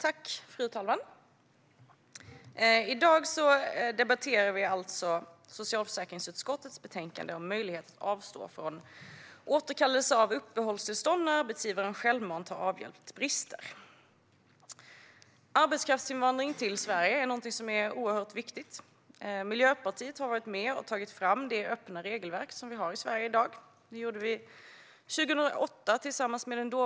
Fru talman! I dag debatterar vi alltså socialförsäkringsutskottets betänkande om möjlighet att avstå från återkallelse av uppehållstillstånd när arbetsgivaren självmant har avhjälpt brister. Arbetskraftsinvandring till Sverige är oerhört viktigt. År 2008 tog Miljöpartiet tillsammans med den borgerliga regeringen fram det öppna regelverk som vi har i Sverige i dag.